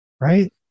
Right